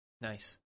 Nice